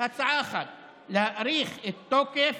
הצעה אחת, להאריך את תוקף